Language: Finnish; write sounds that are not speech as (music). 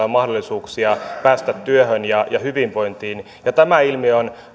(unintelligible) on mahdollisuuksia päästä työhön ja ja hyvinvointiin tämä ilmiö on